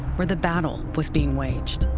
where the battle was being waged.